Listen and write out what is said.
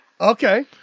Okay